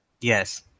Yes